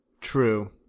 True